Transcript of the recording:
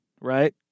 right